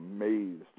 amazed